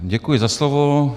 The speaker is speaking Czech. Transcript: Děkuji za slovo.